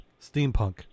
Steampunk